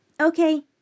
Okay